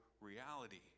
reality